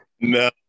no